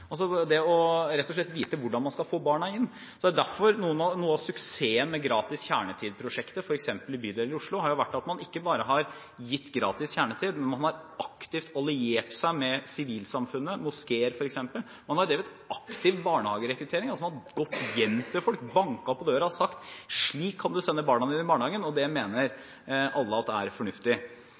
rett og slett det å vite hvordan man skal få barna inn. Derfor har noe av suksessen med gratis kjernetid-prosjektet, f.eks. i bydeler i Oslo, vært at man ikke bare har gitt gratis kjernetid, men man har aktivt alliert seg med sivilsamfunnet, f.eks. moskeer, man har drevet aktiv barnehagerekruttering og gått hjem til folk, banket på døren og sagt: Slik kan du sende barna dine i barnehagen. Det mener alle er fornuftig. Det er